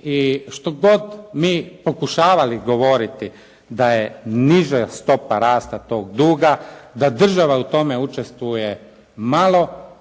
i što god mi pokušavali govoriti da je niža stopa rasta tog duga, da država u tome učestvuje malo,